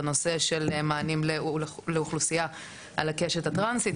הפגישה עסקה בעיקר במענים לאוכלוסייה על הקשת הטרנסית,